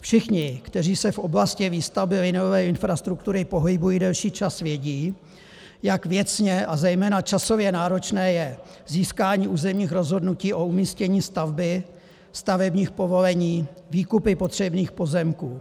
Všichni, kteří se v oblasti výstavby liniové infrastruktury pohybují delší čas, vědí, jak věcně a zejména časově náročné je získání územních rozhodnutí o umístění stavby, stavebních povolení, výkupy potřebných pozemků.